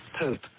poop